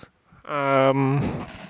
um